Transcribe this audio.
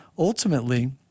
Ultimately